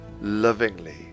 lovingly